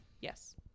Yes